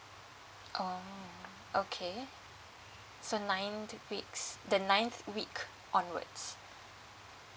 orh okay so nine weeks the ninth week onwards